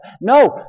No